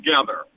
together